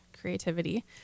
creativity